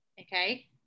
Okay